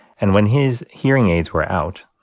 and when his hearing aids were out,